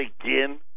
again